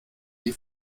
die